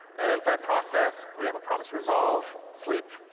and inside process, we have a promise resolve, sleep,